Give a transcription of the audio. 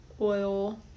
oil